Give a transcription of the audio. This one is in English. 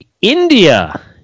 India